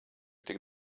tik